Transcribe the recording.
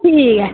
ठीक ऐ